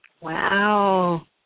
Wow